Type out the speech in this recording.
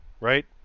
right